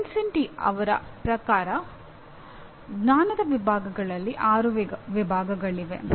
ವಿನ್ಸೆಂಟಿಯ ಪ್ರಕಾರ ಜ್ಞಾನದ ವಿಭಾಗಗಳಲ್ಲಿ ಆರು ವಿಭಾಗಗಳಿವೆ